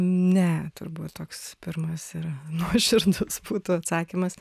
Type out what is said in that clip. ne turbūt toks pirmas ir nuoširdus būtų atsakymas